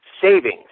savings